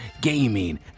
gaming